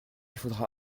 faudra